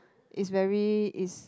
it's very it's